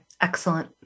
excellent